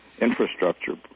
infrastructure